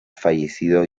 fallecido